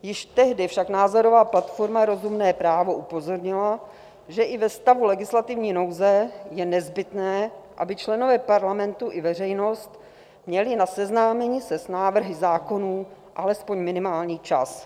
Již tehdy však názorová platforma Rozumné právo upozornila, že i ve stavu legislativní nouze je nezbytné, aby členové Parlamentu i veřejnost měli na seznámení s návrhy zákonů alespoň minimální čas.